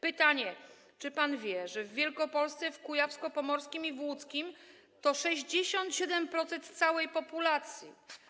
Pytanie: Czy pan wie, że w Wielkopolsce, w Kujawsko-Pomorskiem i w Łódzkiem jest 67% całej populacji?